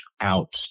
out